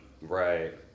Right